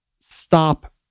stop